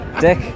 Dick